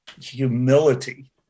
humility